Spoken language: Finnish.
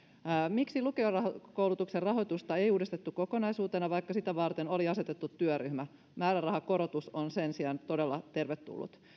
miksi lukiokoulutuksen rahoitusta ei uudistettu kokonaisuutena vaikka sitä varten oli asetettu työryhmä määrärahakorotus on sen sijaan todella tervetullut